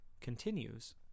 continues